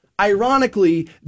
ironically